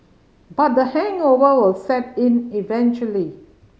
but the hangover will set in eventually